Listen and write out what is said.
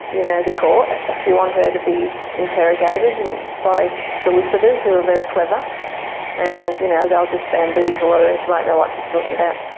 you know, the courts? do you want her to be interrogated and by solicitors who are very clever and you know they'll just bamboozle her and she won't know what she's talking about.